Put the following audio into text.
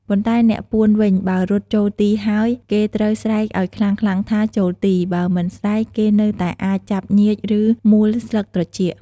ប៉ុន្តែអ្នកពួនវិញ បើរត់ចូលទីហើយ គេត្រូវស្រែកឱ្យខ្លាំងៗថា "ចូលទី" បើមិនស្រែក គេនៅតែអាចចាប់ញៀច ឬ មួលស្លឹកត្រចៀក។